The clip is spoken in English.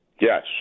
yes